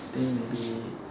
think maybe